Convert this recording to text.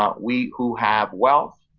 um we who have wealth,